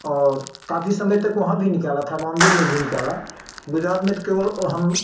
और काफ़ी समय तक वहाँ भी निकाला था बॉम्बे में भी निकाला गुजरात में तो केवल हम